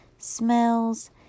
smells